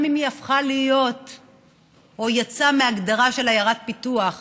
גם אם היא יצאה מהגדרה של עיירת פיתוח,